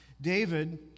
David